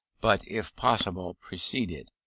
but, if possible, precede it.